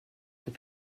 peu